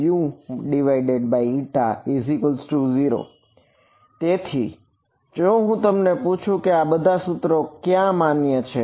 dUxdxjωμUη0 તેથી જો હું તમને પૂછું કે આ બધા સૂત્રો ક્યાં માન્ય છે